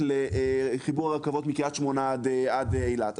לחיבור הרכבות מקריית שמונה עד אילת.